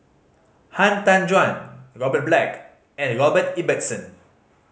Han Tan Juan Robert Black and Robert Ibbetson